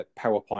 PowerPoint